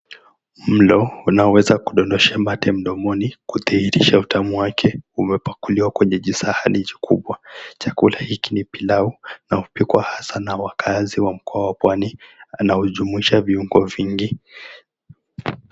Mlo, unaoweza kudondosha mate mdomoni, kudhihirisha utamu wake imepakuliwa kwenye jisahani jikubwa. Chakula hiki ni pilau na hupikwa hasa na wakaazi wa pwani na hujumuisha viungo vingi.